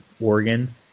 Oregon